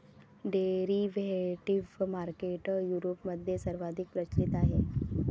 derivative market युरोपमध्ये सर्वाधिक प्रचलित आहे